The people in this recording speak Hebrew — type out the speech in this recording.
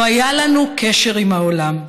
לא היה לנו קשר עם העולם.